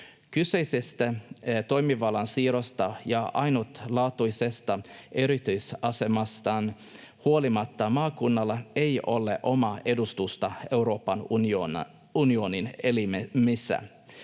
Kyseisestä toimivallan siirrosta ja ainutlaatuisesta erityisasemastaan huolimatta maakunnalla ei ole omaa edustusta Euroopan unionin elimissä.